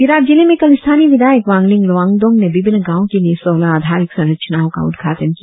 तिरप जिले में कल स्थानीय विधायक वांगलीन लोवांगडोंग ने विभिन्न गांव के लिए सोलह आधारिक संरचनाओं का उद्घाटन किया